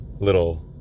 Little